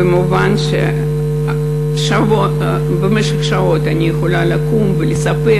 ומובן שאני יכולה לקום ולספר